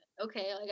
okay